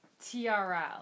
TRL